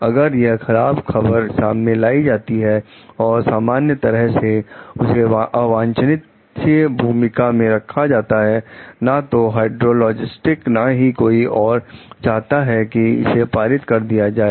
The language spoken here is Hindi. अगर यह खराब खबर सामने लाई जाती है और सामान्य तरह से उसे अवांछनीय भूमिका में रखा जाता है ना तो हाइड्रोलॉजिस्ट ना ही कोई और चाहता है कि इसे पारित कर दिया जाए